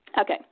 Okay